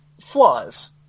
flaws